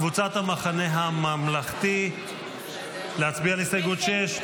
קבוצת המחנה הממלכתי, להצביע על הסתייגות 6?